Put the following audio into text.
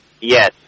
Yes